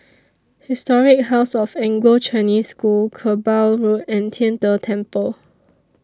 Historic House of Anglo Chinese School Kerbau Road and Tian De Temple